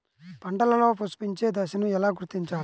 పంటలలో పుష్పించే దశను ఎలా గుర్తించాలి?